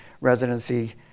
residency